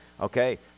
Okay